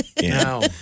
No